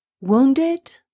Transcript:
wounded